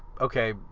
okay